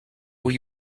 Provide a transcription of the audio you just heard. were